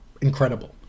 incredible